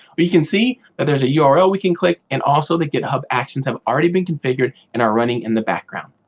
we can see that there's a yeah url we can click and also the github actions have already been configured and are running in the background.